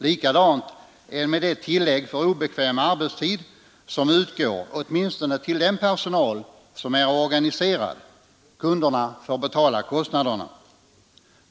Likadant är det med det tillägg för obekväm arbetstid som utgår åtminstone till den personal som är organiserad: kunderna får betala kostnaderna.